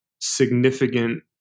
significant